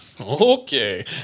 Okay